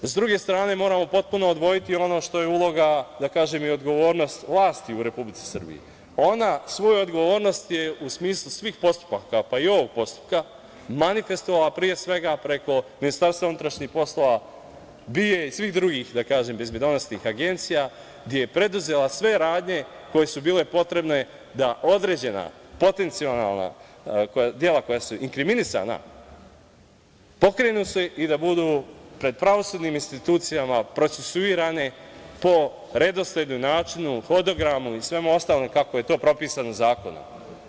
S druge strane, moramo potpuno odvojiti ono što je uloga i odgovornost vlasti u Republici Srbiji, ona svoju odgovornost je u smislu svih postupaka, pa i ovog postupka manifestovala, pre svega, preko Ministarstva unutrašnjih poslova, BIA i svih drugih bezbednosnih agencija, gde je preduzela sve radnje koje su bile potrebne da određena potencijalna dela koja su inkriminisana da se pokrenu i da budu pred pravosudnim institucijama procesuirane po redosledu, načinu, hodogramu i svemu ostalom kako je to propisano zakonom.